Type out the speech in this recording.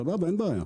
סבבה, אין בעיה,